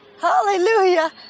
Hallelujah